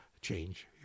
change